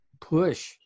push